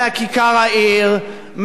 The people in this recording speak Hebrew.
מכיכר העיר,